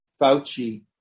Fauci